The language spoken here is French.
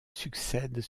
succèdent